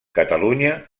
catalunya